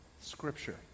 Scripture